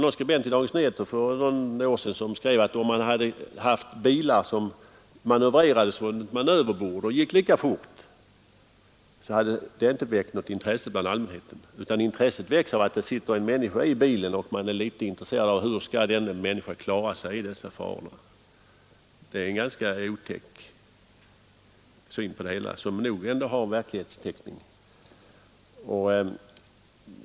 En skribent i Dagens Nyheter skrev för något år sedan att om man hade haft bilar som manövrerades från ett manöverbord och gick lika fort som de tävlingsbilar som nu finns hade dessa inte väckt något intresse bland allmänheten. Intresset väcks av att det sitter en människa i bilen och av at. få se hur denna människa skall klara sig genom farorna. Det är en ganska otäck syn på det hela, som nog ändå har verklighetstäckning.